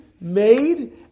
made